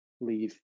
leave